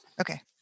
Okay